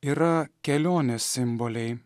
yra kelionės simboliai